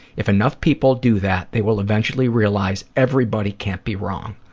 if enough people do that, they will eventually realize everybody can't be wrong.